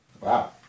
Wow